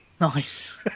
Nice